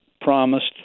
promised